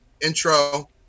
intro